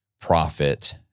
profit